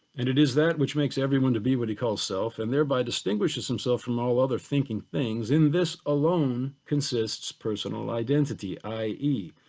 and it is that which makes everyone to be what he calls self, and thereby distinguishes himself from all other thinking things, in this alone consists personal identity, i e.